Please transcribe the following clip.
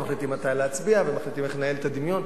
שמחליטים מתי להצביע ומחליטים איך לנהל את הדיון,